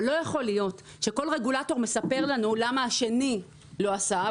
אבל לא יכול להיות שכל רגולטור מספר לנו למה השני לא עשה,